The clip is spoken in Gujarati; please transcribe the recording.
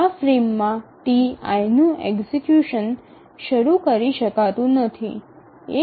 આ ફ્રેમમાં Ti નું એક્ઝિકયુશન શરૂ કરી શકાતું નથી